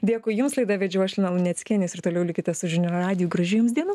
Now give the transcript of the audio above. dėkui jums laidą vedžiau aš lina luneckienė jūs ir toliau likite su žinių radiju gražių jums dienų